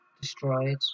destroyed